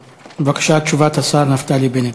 בבקשה, תשובת השר נפתלי בנט.